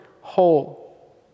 whole